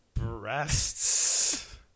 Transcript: breasts